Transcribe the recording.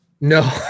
No